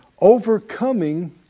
Overcoming